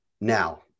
Now